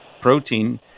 protein